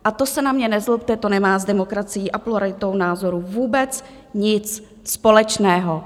A to se na mě nezlobte, to nemá s demokracií a pluralitou názorů vůbec nic společného.